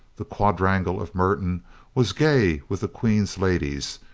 the quadrangle of merton was gay with the queen's ladies.